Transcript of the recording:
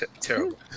Terrible